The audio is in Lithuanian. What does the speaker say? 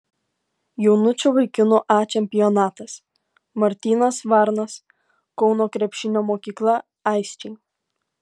jaunučių vaikinų a čempionatas martynas varnas kauno krepšinio mokykla aisčiai